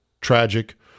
tragic